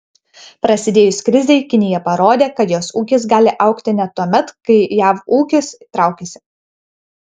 prasidėjus krizei kinija parodė kad jos ūkis gali augti net tuomet kai jav ūkis traukiasi